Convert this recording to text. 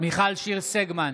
מיכל שיר סגמן,